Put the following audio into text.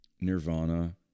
Nirvana